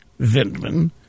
Vindman